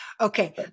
Okay